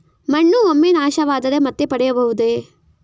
ಮಣ್ಣು ಒಮ್ಮೆ ನಾಶವಾದರೆ ಮತ್ತೆ ಪಡೆಯಬಹುದೇ?